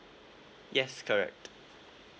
yes correct